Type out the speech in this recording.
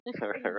Right